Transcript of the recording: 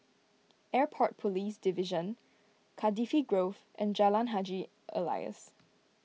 Airport Police Division Cardifi Grove and Jalan Haji Alias